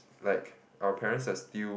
like our parents are still